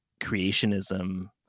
creationism